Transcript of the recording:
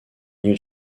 new